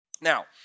Now